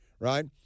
right